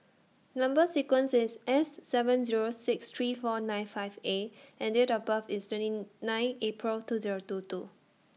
Number sequence IS S seven Zero six three four nine five A and Date of birth IS twenty nine April two Zero two two